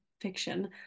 fiction